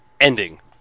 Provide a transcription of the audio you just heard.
ending